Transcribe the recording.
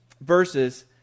verses